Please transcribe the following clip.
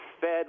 Fed